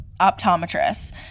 optometrist